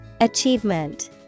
Achievement